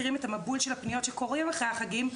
אנחנו מכירים את המבול של הפניות שקורים אחרי החגים,